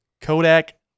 Kodak